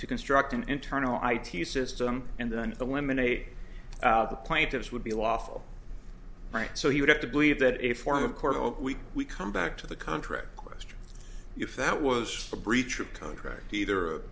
to construct an internal id system and then the women aid the plaintiffs would be lawful right so he would have to believe that a form of course we come back to the contract question if that was a breach of contract either a